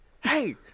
hey